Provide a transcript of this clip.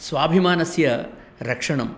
स्वाभिमानस्य रक्षणं